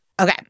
okay